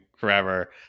forever